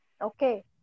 okay